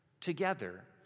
together